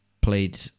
played